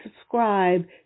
subscribe